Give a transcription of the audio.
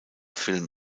film